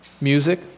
Music